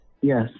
Yes